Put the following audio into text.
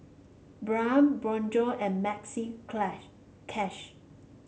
Braun Bonjour and Maxi clash Cash